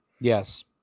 Yes